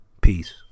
Peace